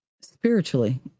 spiritually